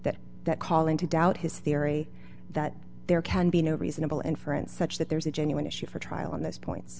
that that calling to doubt his theory that there can be no reasonable inference such that there is a genuine issue for trial in this point